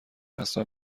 اصلا